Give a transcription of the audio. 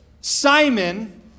Simon